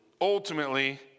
ultimately